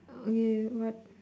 oh you what